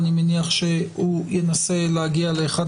אני מניח שהוא ינסה להגיע לאחד